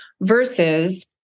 versus